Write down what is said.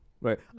Right